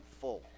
full